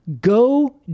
go